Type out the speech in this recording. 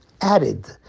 added